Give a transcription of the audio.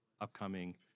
upcoming